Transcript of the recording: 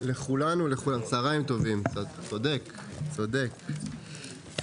צוהריים טובים לכולנו.